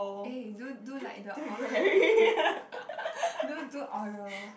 eh do do like the you know do oral